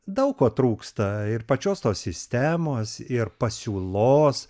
daug ko trūksta ir pačios tos sistemos ir pasiūlos